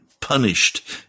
punished